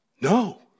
No